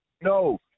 No